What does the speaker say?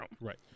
Right